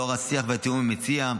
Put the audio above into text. לאור השיח והתיאומים עם המציע,